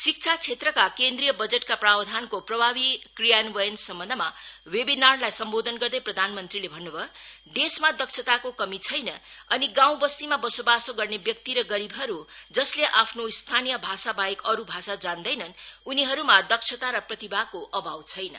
शिक्षा क्षेत्रका केन्द्रीय बजटका प्रावधानको प्रभाती क्रियान्वयन सम्बन्धमा वेबिनार लाई सम्बोधन गर्दै प्रधान्मन्त्रीले भन्न् भयो देशमा दक्षताको कमी छैन अनि गाँउबस्तीमा बसोबासो गर्ने व्यक्ति र गरीबहरू जसले आफ्नो स्थानीय भाषाबाहेक अरू भाषा जान्दैनन् उनीहरूमा दक्षता र प्रतिभाको अभाव छैन